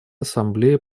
ассамблея